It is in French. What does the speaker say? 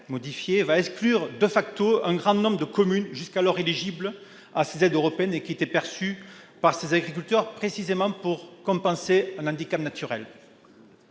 modifiés, exclura un grand nombre de communes jusqu'alors éligibles à ces aides européennes, qui étaient perçues par ces agriculteurs pour compenser le handicap naturel